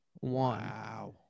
Wow